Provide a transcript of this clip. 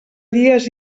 dies